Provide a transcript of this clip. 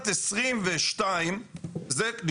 סל תקציבי זה קריטריונים,